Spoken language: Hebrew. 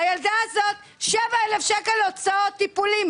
הילדה הזאת, 7,000 שקלים הוצאות לטיפולים.